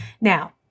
Now